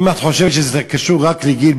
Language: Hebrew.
אם את חושבת שזה קשור רק לגיל,